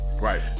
Right